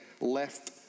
left